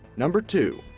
number two,